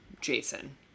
Jason